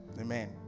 Amen